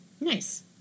Nice